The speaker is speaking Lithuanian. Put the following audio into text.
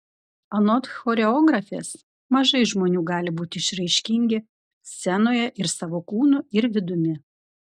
anot choreografės mažai žmonių gali būti išraiškingi scenoje ir savo kūnu ir vidumi